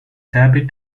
habit